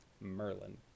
Merlin